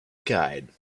guide